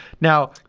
now